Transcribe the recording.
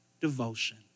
devotion